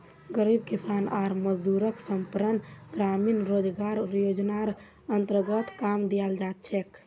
गरीब किसान आर मजदूरक संपूर्ण ग्रामीण रोजगार योजनार अन्तर्गत काम दियाल जा छेक